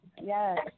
Yes